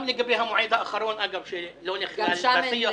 גם לגבי המועד האחרון, שלא נכלל בשיח